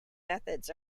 methods